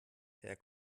per